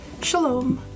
Shalom